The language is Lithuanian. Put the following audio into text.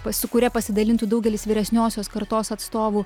su kuria pasidalintų daugelis vyresniosios kartos atstovų